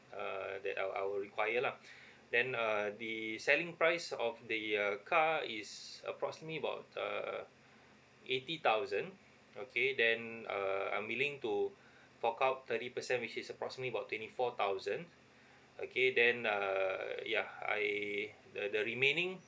err that I'll I'll require lah then uh the selling price of the uh car is approximately about err eighty thousand okay then err I'm willing to fork out thirty percent which is approximately about twenty four thousand okay then err yeah I the the remaining